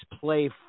play